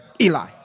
Eli